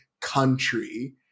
country